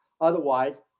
Otherwise